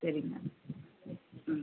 சரிங்க ம்